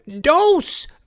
dose